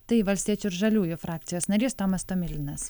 tai valstiečių ir žaliųjų frakcijos narys tomas tomilinas